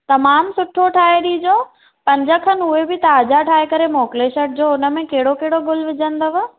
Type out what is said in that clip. तमामु सुठो ठाहे ॾिजो पन्ज खनि उहे बि ताज़ा ठाए करे मोकिले छॾिजो हुन में कहिड़ो कहिड़ो गुल विजंदव